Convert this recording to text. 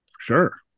Sure